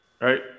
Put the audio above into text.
right